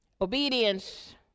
Obedience